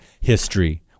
history